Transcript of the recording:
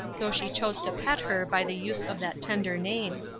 though she chose to pet her by the use of that tender name.